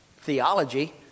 theology